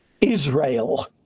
Israel